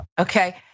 Okay